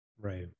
right